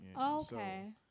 okay